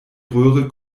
röhre